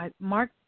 Mark